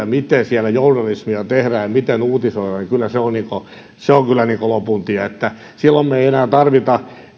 miten siellä journalismia tehdään ja miten uutisoidaan on lopun tie silloin me emme enää tarvitse